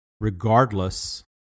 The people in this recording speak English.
regardless